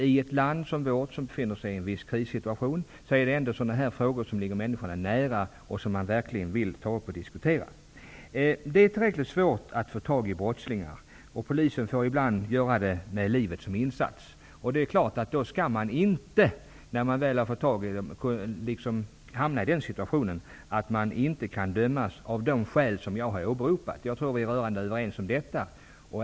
I ett land som vårt, som befinner sig i en viss krissituation, är det den här typen av frågor som ligger människorna nära och som de verkligen vill ta upp till diskussion. Det är tillräckligt svårt att få tag i brottslingar, och ibland deltar poliser med livet som insats i denna jakt. När man väl har fått tag i en brottsling, skall det då inte vara så, att han inte kan dömas av de skäl som jag har anfört. Detta är nog justitieministern och jag rörande överens om.